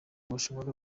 bashobora